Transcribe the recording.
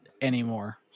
anymore